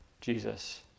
Jesus